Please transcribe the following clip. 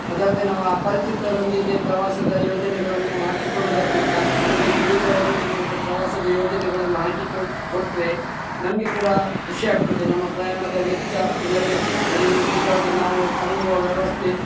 ಅದಲ್ಲದೇ ನಾವು ಅಪರಿಚಿತರೊಂದಿಗೆ ಪ್ರವಾಸದ ಯೋಜನೆಗಳನ್ನು ಹಾಕಿಕೊಳ್ಳುವುದಕ್ಕಿಂತ ನಮಗೆ ತಿಳಿದವರು ನಮಗದೆ ಪ್ರವಾಸದ ಯೋಜನೆಗಳನ್ನು ಹಾಕಿ ಕೊಟ್ಟರೆ ನಮಗೆ ಕೂಡ ಖುಷಿಯಾಗ್ತದೆ ನಮ್ಮ ಪ್ರಯಾಣದ ವೆಚ್ಚ ಇಲ್ಲವೆ ಅಲ್ಲಿ ನಿರ್ದಿಷ್ಟವಾಗಿ ನಾವು ತಂಗುವ ವ್ಯವಸ್ಥೆ